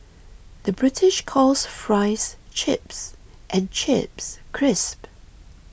the British calls Fries Chips and Chips Crisps